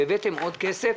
והבאתם עוד כסף,